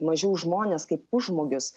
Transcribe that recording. mažiau žmones kaip pusžmogius